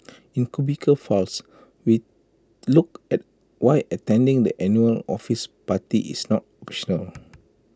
in cubicle files we look at why attending the annual office party is not optional